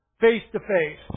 face-to-face